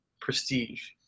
prestige